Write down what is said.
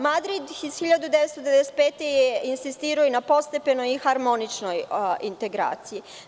Madrid iz 1995. je insistira na postepenoj i harmoničnoj integraciji.